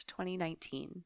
2019